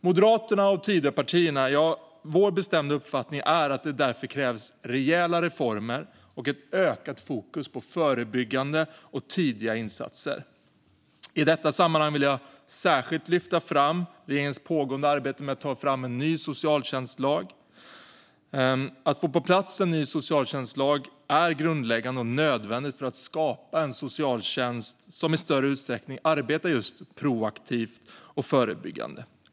Moderaternas och Tidöpartiernas bestämda uppfattning är därför att det krävs rejäla reformer och ett ökat fokus på förebyggande och tidiga insatser. I detta sammanhang vill jag särskilt lyfta fram regeringens pågående arbete med att ta fram en ny socialtjänstlag. Att få på plats en ny socialtjänstlag är grundläggande och nödvändigt för att skapa en socialtjänst som i större utsträckning arbetar proaktivt och förebyggande.